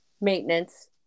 maintenance